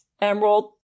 Emerald